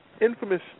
infamous